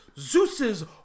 Zeus's